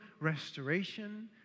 restoration